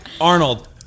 Arnold